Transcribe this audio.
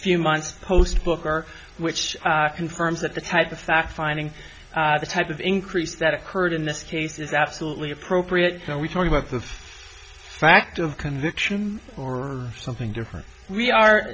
few months post booker which confirms that the type of fact finding the type of increase that occurred in this case is absolutely appropriate and we talk about the fact of conviction or something different we are